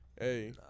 hey